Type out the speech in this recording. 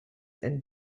and